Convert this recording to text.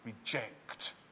reject